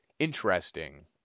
Interesting